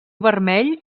vermell